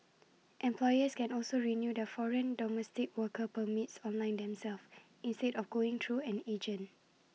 employers can also renew their foreign domestic worker permits online themselves instead of going through an agent